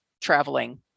traveling